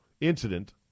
incident